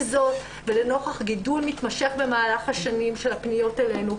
עם זאת ולנוכח גידול מתמשך במהלך השנים של הפניות אלינו,